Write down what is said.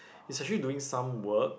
he's actually doing some work